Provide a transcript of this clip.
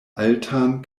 altan